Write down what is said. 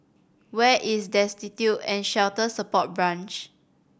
where is Destitute and Shelter Support Branch